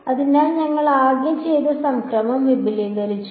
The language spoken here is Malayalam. അതിനാൽ ഞങ്ങൾ ആകെ ചെയ്ത സംഗ്രഹം വിപുലീകരിച്ചു